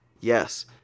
yes